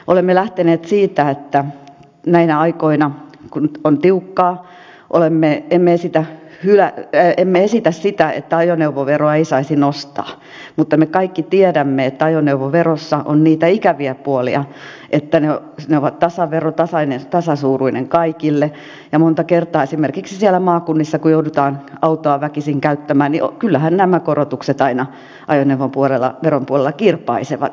olemme lähteneet siitä että näinä aikoina kun on tiukkaa emme esitä sitä että ajoneuvoveroa ei saisi nostaa mutta me kaikki tiedämme että ajoneuvoverossa on niitä ikäviä puolia että se on tasavero tasasuuruinen kaikille ja monta kertaa esimerkiksi siellä maakunnissa kun joudutaan autoa väkisin käyttämään kyllähän nämä korotukset aina ajoneuvoveron puolella kirpaisevat